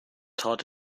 tat